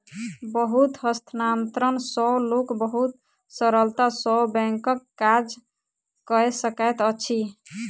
विद्युत हस्तांतरण सॅ लोक बहुत सरलता सॅ बैंकक काज कय सकैत अछि